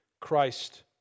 Christ